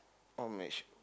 oh mesh